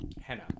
henna